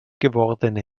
gewordene